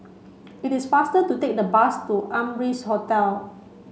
it is faster to take the bus to Amrise Hotel